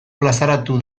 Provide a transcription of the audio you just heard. plazaratu